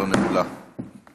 הינני מתכבד להודיעכם,